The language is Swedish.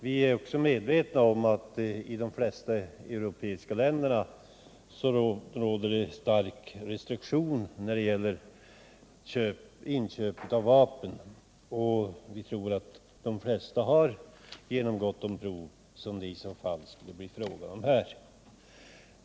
Vi är också medvetna om att det i de flesta europeiska länder råder starka restriktioner när det gäller inköp av vapen. Vi tror att de flesta har genomgått sådana prov som det här skulle bli fråga om.